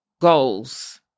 goals